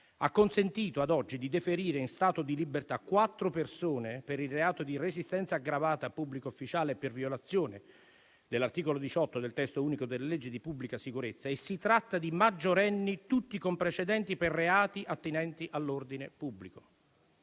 ha consentito ad oggi di deferire in stato di libertà quattro persone per il reato di resistenza aggravata a pubblico ufficiale e per violazione dell'articolo 18 del testo unico delle leggi di pubblica sicurezza. Si tratta di maggiorenni, tutti con precedenti per reati attinenti all'ordine pubblico.